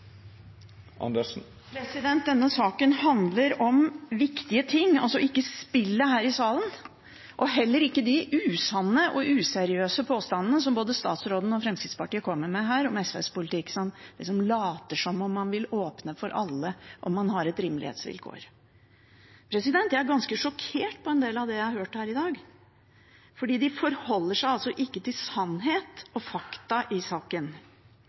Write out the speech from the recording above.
Denne saken handler om viktige ting, ikke om spillet her i salen, og heller ikke om de usanne og useriøse påstandene som både statsråden og Fremskrittspartiet kommer med her om SVs politikk, om at man liksom later som om man vil åpne for alle om man har et rimelighetsvilkår. Jeg er ganske sjokkert over en del av det jeg har hørt her i dag, for de forholder seg ikke til sannheten og fakta i saken.